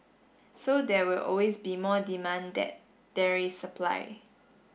so there will always be more demand that there is supply